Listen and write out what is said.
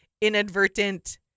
inadvertent